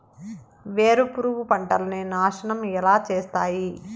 వేరుపురుగు పంటలని నాశనం ఎలా చేస్తాయి?